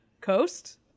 coast